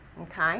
Okay